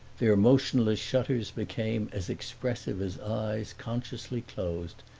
their motionless shutters became as expressive as eyes consciously closed,